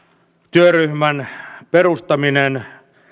työryhmän perustaminen